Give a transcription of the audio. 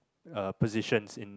uh positions in